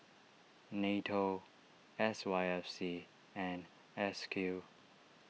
Nato S Y F C and S Q